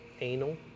anal